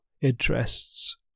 interests